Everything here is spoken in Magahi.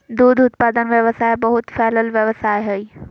दूध उत्पादन व्यवसाय बहुत फैलल व्यवसाय हइ